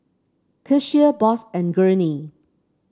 Kecia Boss and Gurney